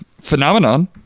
phenomenon